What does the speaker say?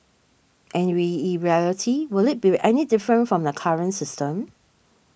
and reality will it be any different from the current system